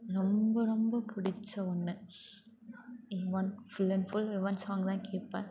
ரொம்ப ரொம்ப பிடிச்ச ஒன்று Yuvan full and full Yuvan song தான் கேட்பேன்